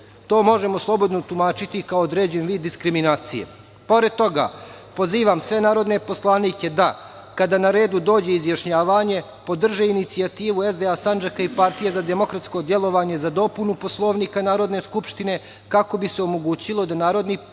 to možemo slobodno tumačiti kao određen vid diskriminacije. Pored